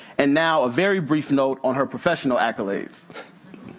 and now a very brief note on her professional accolades.